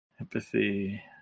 empathy